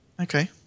okay